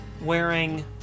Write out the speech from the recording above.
wearing